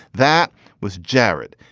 that was jared.